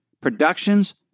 productions